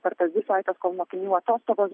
per tas dvi savaites kol mokinių atostogos